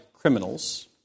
criminals